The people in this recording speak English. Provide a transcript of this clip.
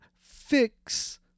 fix